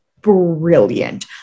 brilliant